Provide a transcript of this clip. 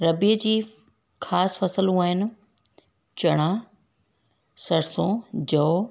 रबीअ जी ख़ासि फसलूं आहिनि चणा सरसो जौ